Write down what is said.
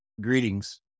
Greetings